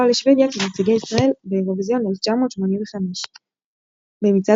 והחמצת האפשרות לנסוע לשוודיה כנציגי ישראל באירוויזיון 1985. במצעד